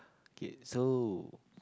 okay so